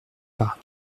par